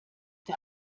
der